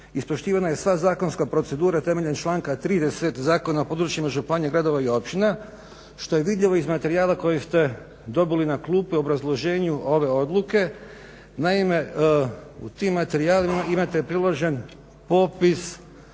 ispoštivana je sva zakonska procedura temeljem članka 30. Zakona o područjima županija, gradova i općina što je vidljivo iz materijala koji ste dobili na klupe, obrazloženju ove odluke. Naime, u tim materijalima imate priložen popis